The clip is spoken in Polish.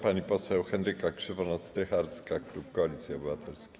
Pani poseł Henryka Krzywonos-Strycharska, klub Koalicji Obywatelskiej.